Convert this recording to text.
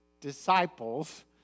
disciples